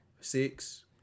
Six